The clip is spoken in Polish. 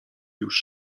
już